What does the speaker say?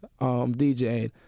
DJing